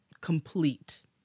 complete